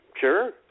Sure